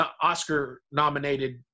Oscar-nominated